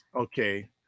okay